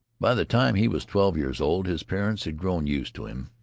by the time he was twelve years old his parents had grown used to him.